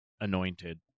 anointed